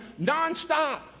nonstop